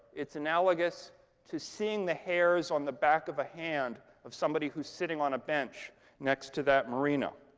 it's analogous to seeing the hairs on the back of a hand of somebody who's sitting on a bench next to that marina.